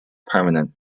permanent